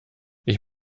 ich